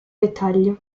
dettaglio